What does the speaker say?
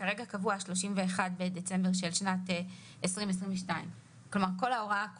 כרגע קבוע 31 בדצמבר 2022, כלומר ההוראה כולה,